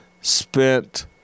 spent